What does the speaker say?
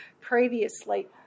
previously